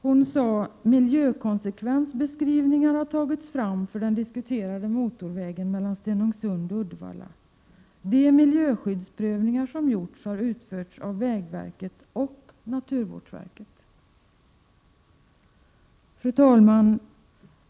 Hon sade: ”Miljökonsekvensbeskrivningar har därför också tagits fram för den diskuterade motorvägen mellan Stenungsund och Uddevalla.” De miljöskyddsprövningar som gjorts hade utförts av vägverket och naturvårdsverket. Fru talman!